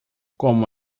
como